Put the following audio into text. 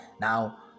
now